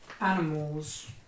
animals